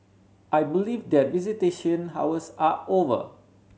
I believe that visitation hours are over